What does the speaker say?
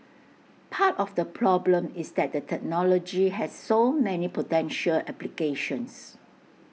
part of the problem is that the technology has so many potential applications